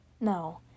No